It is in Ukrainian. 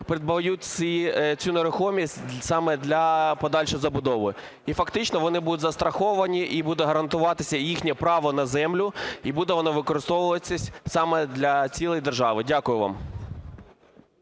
придбають цю нерухомість саме для подальшої забудови. І фактично вони будуть застраховані, і буде гарантуватися їхнє право на землю, і буде воно використовуватися саме для цілей держави. Дякую вам.